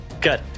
good